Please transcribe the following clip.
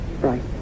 Right